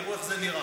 תראו איך זה נראה,